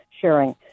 sharing